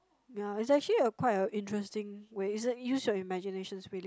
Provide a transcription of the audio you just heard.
ya it's actually a quite a interesting way is your use your imaginations really